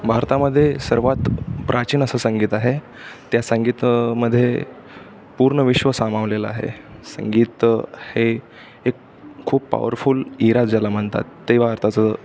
भारतामध्ये सर्वात प्राचीन असं संगीत आहे त्या संगीतामध्ये पूर्ण विश्व सामावलेलं आहे संगीत हे एक खूप पॉवरफुल इरा ज्याला म्हणतात ते भारताचं